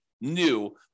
new